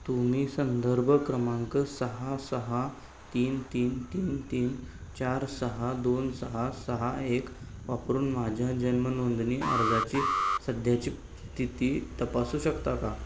तुम्ही संदर्भ क्रमांक सहा सहा तीन तीन तीन तीन चार सहा दोन सहा सहा एक वापरून माझ्या जन्मनोंदणी अर्जाची सध्याची स्थिती तपासू शकता का